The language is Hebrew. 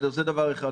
זה דבר אחד.